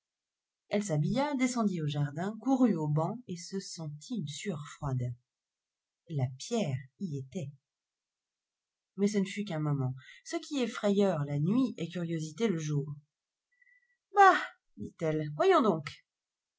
elle s'habilla descendit au jardin courut au banc et se sentit une sueur froide la pierre y était mais ce ne fut qu'un moment ce qui est frayeur la nuit est curiosité le jour bah dit-elle voyons donc